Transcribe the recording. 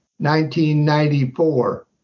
1994